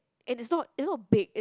and it's not it's not big it